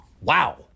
Wow